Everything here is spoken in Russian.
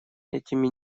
этими